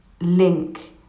link